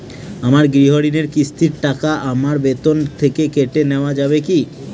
আমার গৃহঋণের কিস্তির টাকা আমার বেতন থেকে কেটে নেওয়া যাবে কি?